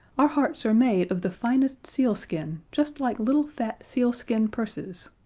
our hearts are made of the finest sealskin, just like little fat sealskin purses